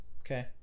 okay